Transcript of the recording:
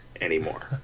anymore